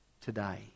today